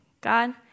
God